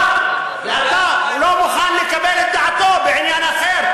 ואתה לא מוכן לקבל את דעתו בעניין אחר?